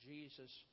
Jesus